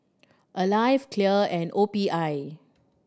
Alive Clear and O P I